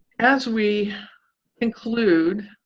as we conclude,